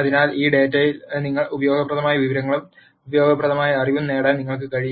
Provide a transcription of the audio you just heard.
അതിനാൽ ഈ ഡാറ്റയിൽ നിന്ന് ഉപയോഗപ്രദമായ വിവരങ്ങളും ഉപയോഗപ്രദമായ അറിവും നേടാൻ നിങ്ങൾക്ക് കഴിയും